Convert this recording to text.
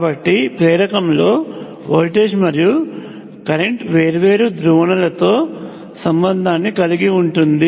కాబట్టి ప్రేరకంలో వోల్టేజ్ మరియు కరెంట్ వేర్వేరు ధ్రువణలతో సంబంధాన్ని కలిగి ఉంటాయి